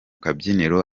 kabyiniro